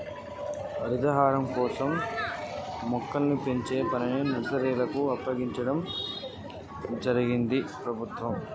హరితహారం కోసం మొక్కల్ని పెంచే పనిని నర్సరీలకు అప్పగించింది ప్రభుత్వం